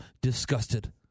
disgusted